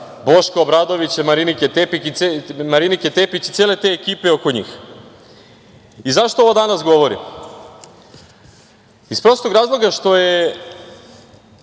Boška Obradovića, Marinike Tepić i cele te ekipe oko njih.Zašto ovo danas govorim? Iz prostog razloga što je